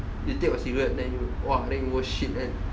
you take your cigarette then !wah! then you go shit and